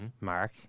Mark